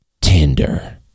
Tinder